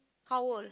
how old